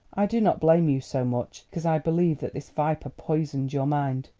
i do not blame you so much, because i believe that this viper poisoned your mind.